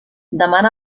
demana